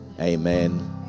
amen